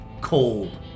cold